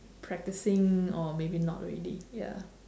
practicing or maybe not already ya